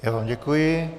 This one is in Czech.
Já vám děkuji.